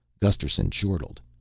gusterson chortled.